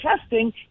testing